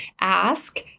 ask